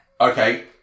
Okay